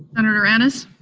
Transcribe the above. senator ennis?